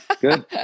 Good